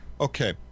Okay